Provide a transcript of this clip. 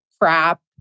crap